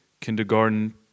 kindergarten